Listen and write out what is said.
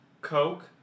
Coke